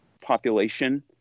population